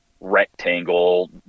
rectangle